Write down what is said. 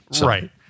Right